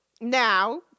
Now